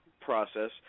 process